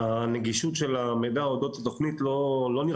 הנגישות של המידע אודות התוכנית לא נראה